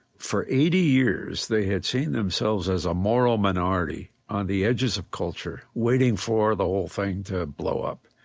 for eighty years, they had seen themselves as a moral minority on the edges of culture waiting for the whole thing to blow up.